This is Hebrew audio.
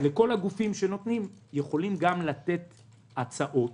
שכל הגופים שנותנים יכולים גם לתת הצעות.